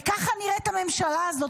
וכך נראית הממשלה הזו.